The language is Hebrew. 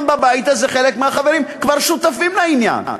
גם בבית הזה חלק מהחברים כבר שותפים לעניין.